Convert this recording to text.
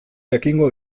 ekingo